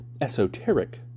esoteric